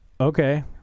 Okay